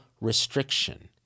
restriction